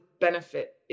benefit